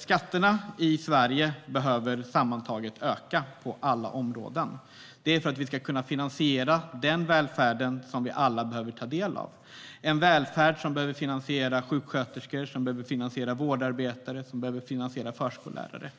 Skatterna i Sverige behöver sammantaget öka på alla områden, för att vi ska kunna finansiera den välfärd som vi alla behöver ta del av. Det är en välfärd som behöver finansiera sjuksköterskor, vårdarbetare och förskollärare.